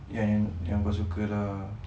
yang yang kau suka lah